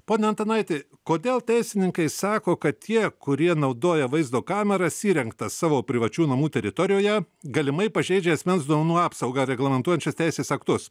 pone antanaiti kodėl teisininkai sako kad tie kurie naudoja vaizdo kameras įrengtas savo privačių namų teritorijoje galimai pažeidžia asmens duomenų apsaugą reglamentuojančias teisės aktus